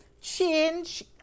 change